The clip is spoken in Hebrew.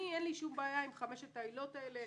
לי אין בעיה עם חמש העילות האלה.